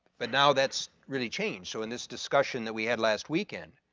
but now that's really changed. so in this discussion that we had last weekend